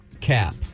Cap